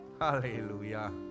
Hallelujah